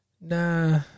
Nah